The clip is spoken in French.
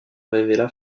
révéla